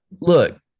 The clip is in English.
Look